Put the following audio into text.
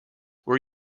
were